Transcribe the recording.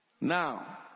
Now